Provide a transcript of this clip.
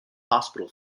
hospital